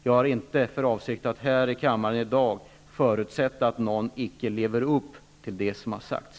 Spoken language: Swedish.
Jag har inte för avsikt att här i kammaren i dag förutsätta att någon icke lever upp till det som har sagts.